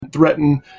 threaten